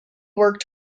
worked